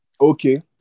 Okay